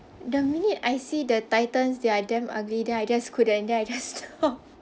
the minute I see the titans they are damn ugly then I just couldn't then I just stop